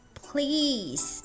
please